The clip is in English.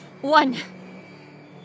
One